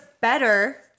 better